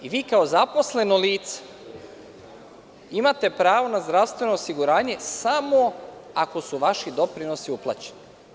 I vi kao zaposleno lice imate pravo na zdravstveno osiguranje samo ako su vaši doprinosi uplaćeni.